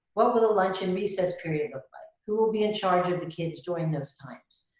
what will the lunch and recess period look like? who will be in charge of the kids during those times?